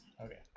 Okay